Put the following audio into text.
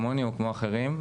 כמוני או כמו אחרים,